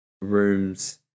rooms